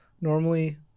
normally